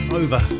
over